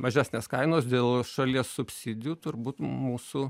mažesnės kainos dėl šalies subsidijų turbūt mūsų